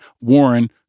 Warren